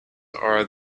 are